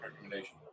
recommendation